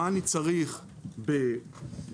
מה אני צריך באוסטרליה?